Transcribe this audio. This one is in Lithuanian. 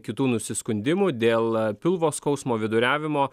kitų nusiskundimų dėl pilvo skausmo viduriavimo